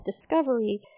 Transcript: discovery